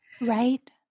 Right